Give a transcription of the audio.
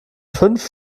fünf